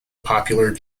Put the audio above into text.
popular